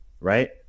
Right